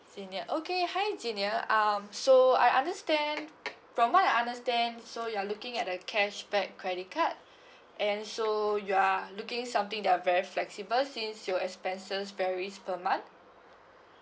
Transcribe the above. jenia okay hi jenia um so I understand from what I understand so you're looking at the cashback credit card and so you are looking something that're very flexible since your expenses various per month